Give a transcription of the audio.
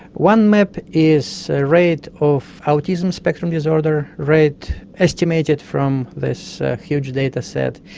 one map is a rate of autism spectrum disorder, rate estimated from this huge dataset,